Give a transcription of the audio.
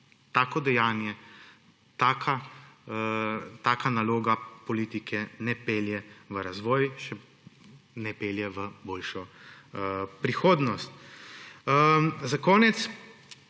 tako dejanje, taka naloga politike ne pelje v razvoj, ne pelje v boljšo prihodnost. Za konec